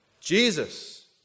Jesus